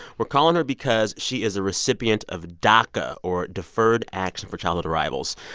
we're calling her because she is a recipient of daca, or deferred action for childhood arrivals.